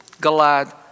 glad